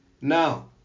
Now